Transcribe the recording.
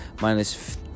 Minus